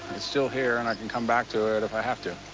it's still here, and i can come back to it if i have to.